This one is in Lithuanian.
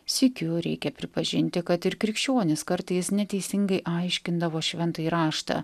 sykiu reikia pripažinti kad ir krikščionys kartais neteisingai aiškindavo šventąjį raštą